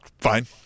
fine